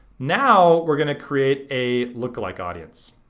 now we're gonna create a lookalike audience.